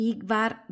Igvar